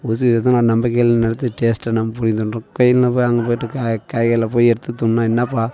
நம்பிக்கையில் நிறுத்தி டேஸ்ட்டாக நம்ம பிடிங்கி திண்ணுறோம் கொய் நான் வ அங்கே போய்விட்டு காய் காய்களை போய் எடுத்துத் உண்ணா என்னாப்பா